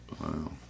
Wow